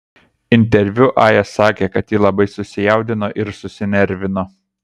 interviu aja sakė kad ji labai susijaudino ir susinervino